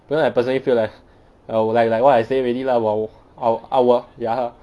because I personally feel like I would like like what I say already lah 我 like I will ya